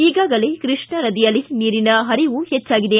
ಈಗಾಗಲೇ ಕೃಷ್ಣಾ ನದಿಯಲ್ಲಿ ನೀರಿನ ಪರಿವು ಹೆಚ್ಚಾಗಿದೆ